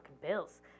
bills